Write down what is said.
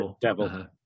devil